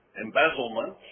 embezzlement